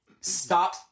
stop